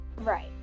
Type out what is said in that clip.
Right